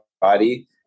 body